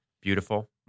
Beautiful